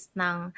ng